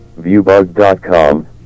ViewBug.com